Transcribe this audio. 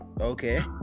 Okay